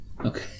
Okay